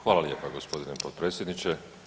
Hvala lijepa gospodine potpredsjedniče.